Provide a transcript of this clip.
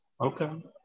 Okay